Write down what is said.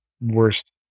worst